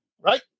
right